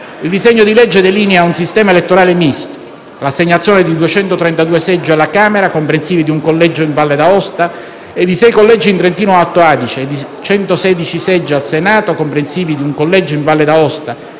Il disegno di legge delinea un sistema elettorale misto: l'assegnazione di 232 seggi alla Camera dei deputati (comprensivi di un collegio in Valle d'Aosta e di 6 collegi in Trentino-Alto Adige) e di 116 seggi al Senato (comprensivi di un collegio in Valle d'Aosta